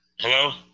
Hello